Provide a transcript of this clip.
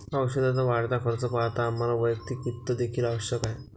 औषधाचा वाढता खर्च पाहता आम्हाला वैयक्तिक वित्त देखील आवश्यक आहे